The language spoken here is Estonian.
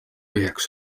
tühjaks